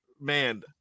man